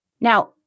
Now